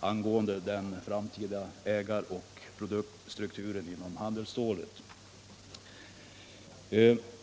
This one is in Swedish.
angående den framtida ägaroch produktstrukturen inom handelsstålbranschen.